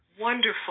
wonderful